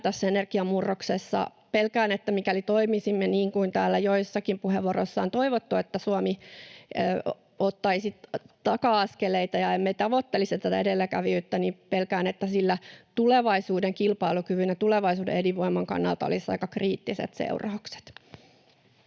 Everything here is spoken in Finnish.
tässä energiamurroksessa. Pelkään, että mikäli toimisimme niin kuin täällä joissakin puheenvuoroissa on toivottu, että Suomi ottaisi taka-askeleita ja emme tavoittelisi tätä edelläkävijyyttä, sillä olisi tulevaisuuden kilpailukyvyn ja tulevaisuuden elinvoiman kannalta aika kriittiset seuraukset.